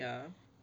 ya